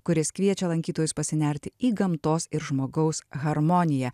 kuris kviečia lankytojus pasinert į gamtos ir žmogaus harmoniją